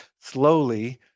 slowly